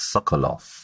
Sokolov